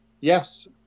Yes